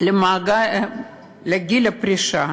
מגיעים לגיל הפרישה